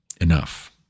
enough